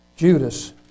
Judas